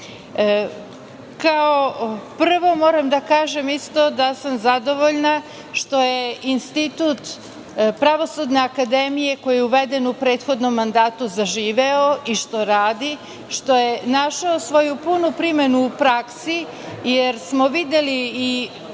Kao prvo, moram da kažem da sam zadovoljna što je institut Pravosudne akademije koji je uveden u prethodnom mandatu zaživeo i što radi i što je našao svoju punu primenu u praksi, jer smo videli i